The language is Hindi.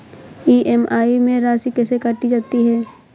ई.एम.आई में राशि कैसे काटी जाती है?